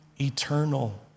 eternal